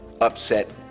upset